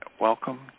Welcome